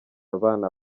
abana